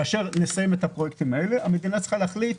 כאשר נסיים את הפרויקטים האלה המדינה תצטרך להחליט